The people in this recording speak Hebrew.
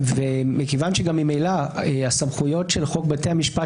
ומכיוון שממילא הסמכויות של חוק בתי המשפט